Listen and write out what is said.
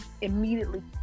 immediately